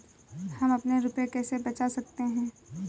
हम अपने रुपये कैसे बचा सकते हैं?